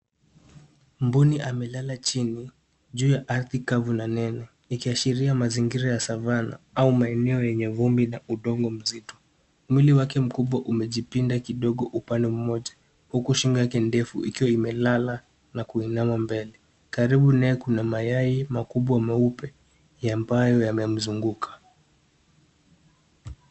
Mbuni amelala chini juu ya ardhi kavu na nene likiashiria mazingira ya savannah au maeneo yenye vumbi na udongo mzito. Mwili wake mdogo umejipinda kidogo upande mmoja huku shingo yake ndefu ikiwa imelala na kuinama mbele. Karibu naye kuna mayai makubwa meupe ambayo yamemzunguka.